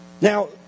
Now